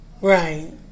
Right